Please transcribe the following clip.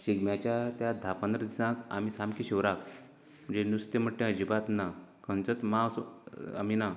शिगम्याच्या त्या धा पंदरा दिसांक आमी सामकें शिवराक म्हणजे नुस्तें म्हणटा ते अज्जिबात ना खंयचेंच मांस आमी ना